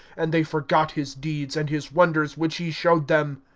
and they forgot his deeds, and his wonders which he showed them.